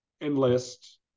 enlist